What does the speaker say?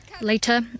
Later